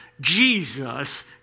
Jesus